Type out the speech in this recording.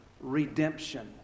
redemption